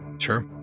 Sure